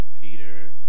Peter